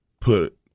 put